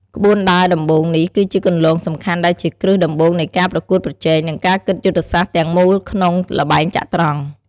ក្បួនដើរដំបូងនេះគឺជាគន្លងសំខាន់ដែលជាគ្រឹះដំបូងនៃការប្រកួតប្រជែង និងការគិតយុទ្ធសាស្ត្រទាំងមូលក្នុងល្បែងចត្រង្គ។